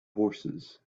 horses